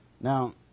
Now